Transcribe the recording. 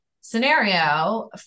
scenario